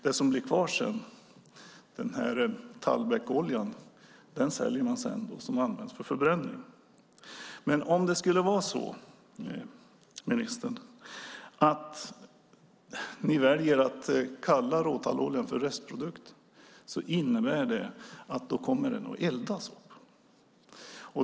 Det som sedan blir kvar är tallbeckoljan, och den säljer man och använder till förbränning. Om det skulle vara så, ministern, att ni väljer att kalla råtalloljan restprodukt innebär det att den kommer att eldas upp.